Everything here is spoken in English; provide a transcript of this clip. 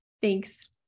Thanks